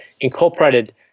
incorporated